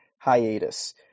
hiatus